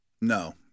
No